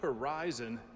horizon